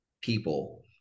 people